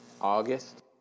August